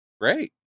great